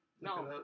No